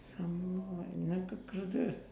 some what என்னா கேட்குறது:ennaa keetkurathu